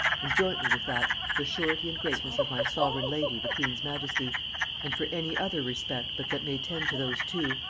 and, jointly with that, the surety and greatness of my sovereign lady the queen's majesty and for any other respect but that may tend to those two,